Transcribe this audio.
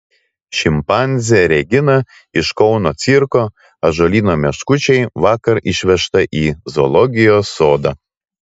šimpanzė regina iš kauno cirko ąžuolyno meškučiai vakar išvežta į zoologijos sodą